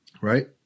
right